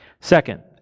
Second